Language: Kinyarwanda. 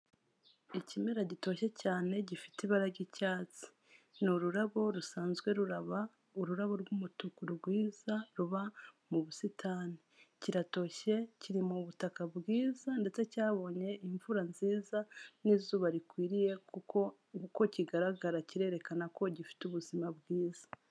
Ikimera gitoshye cyane gifite ibara ry'icyatsi, ni ururabo rusanzwe ruraba, ururabo rw'umutuku rwiza ruba mu busitani, kiratoshye kiri mu butaka bwiza ndetse cyabonye imvura nziza n'izuba rikwiriye, kuko uko kigaragara kirerekana ko gifite ubuzima bwiza.